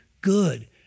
good